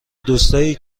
دوستایی